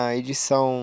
edição